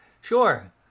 sure